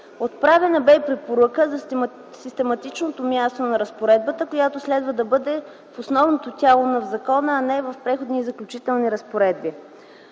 Отправена бе и препоръка за систематичното място на разпоредбата, която следва да бъде в основното тяло на закона, а не в Преходните и заключителни разпоредби.